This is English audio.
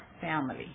family